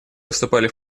выступали